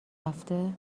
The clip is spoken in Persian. رفته